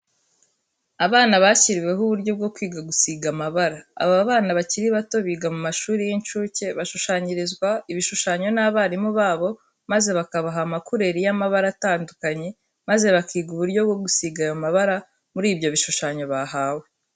Abana bashyiriweho uburyo bwo kwiga gusiga amabara. Aba bana bakiri bato biga mu mashuri y'incuke bashushanyirizwa ibishushanyo n'abarimu babo maze bakabaha amakureri y'amabara atandukanye, maze bakiga uburyo bwo gusiga ayo mabara muri ibyo bishushanyo bahawe.